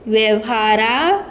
वेव्हारा